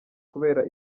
kubera